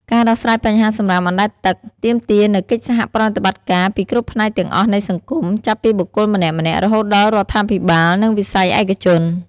ការដោះស្រាយបញ្ហាសំរាមអណ្តែតទឹកទាមទារនូវកិច្ចសហប្រតិបត្តិការពីគ្រប់ផ្នែកទាំងអស់នៃសង្គម ចាប់ពីបុគ្គលម្នាក់ៗ រហូតដល់រដ្ឋាភិបាល និងវិស័យឯកជន។